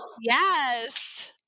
yes